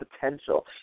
potential